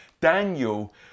Daniel